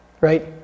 Right